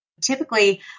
typically